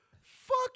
Fuck